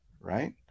Right